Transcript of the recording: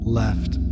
left